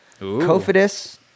Kofidis